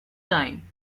time